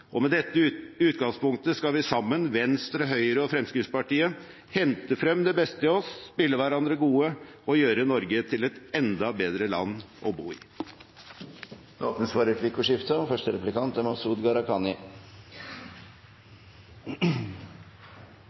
og med dette utgangspunktet skal vi sammen – Venstre, Høyre og Fremskrittspartiet – hente frem det beste i oss, spille hverandre gode og gjøre Norge til et enda bedre land å bo i. Det blir replikkordskifte.